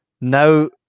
Now